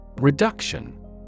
Reduction